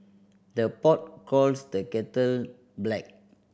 the pot calls the kettle black